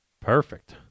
perfect